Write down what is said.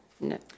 No